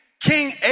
King